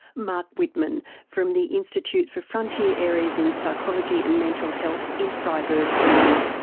marc wittmann from the institute for frontier areas in psychology and mental health in freiburg, germany.